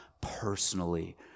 personally